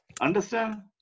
Understand